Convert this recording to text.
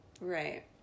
Right